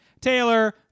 Taylor